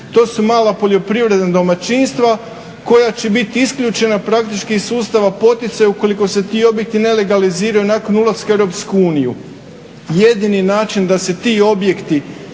To su mala poljoprivredna domaćinstava koja će biti isključena praktički iz sustava poticaja ukoliko se ti objekti ne legaliziraju nakon ulaska u EU. Jedini način da se ti objekti